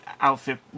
outfit